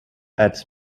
adds